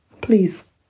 Please